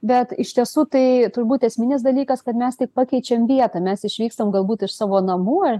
bet iš tiesų tai turbūt esminis dalykas kad mes tik pakeičiam vietą mes išvykstam galbūt iš savo namų ar